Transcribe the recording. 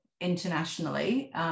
internationally